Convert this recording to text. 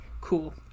Cool